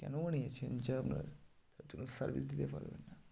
কেন বানিয়েছেন যে আপনার তার জন্য সার্ভিস দিতে পারবেন না